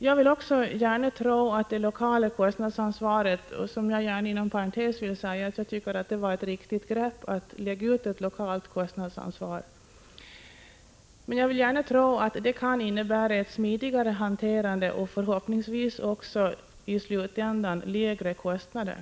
Jag vill också gärna tro att det lokala kostnadsansvaret — jag tycker inom parentes att det var ett riktigt grepp att lägga ut ett lokalt kostnadsansvar — kan innebära ett smidigare hanterande och i slutändan förhoppningsvis även lägre kostnader.